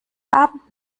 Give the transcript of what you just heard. abend